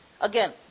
Again